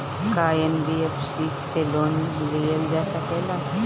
का एन.बी.एफ.सी से लोन लियल जा सकेला?